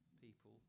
people